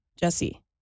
Jesse